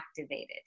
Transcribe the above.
activated